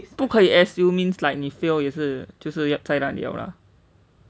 不可以 S_U 就是 like 你 fail 也是就是要在那里 liao lah